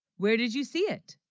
where did you see it